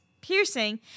piercing